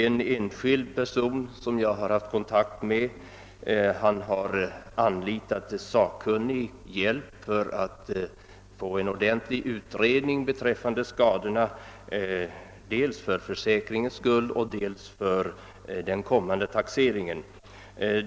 En enskild person som jag har haft kontakt med har anlitat sakkunnig hjälp för att få en ordentlig utredning beträffande skadorna, dels för försäkringens skull, dels för den kommande taxeringen.